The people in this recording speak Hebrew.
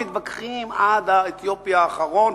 מתווכחים עד האתיופי האחרון.